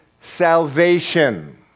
salvation